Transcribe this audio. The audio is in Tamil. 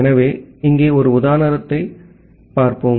எனவே இங்கே ஒரு உதாரணத்தைப் பார்ப்போம்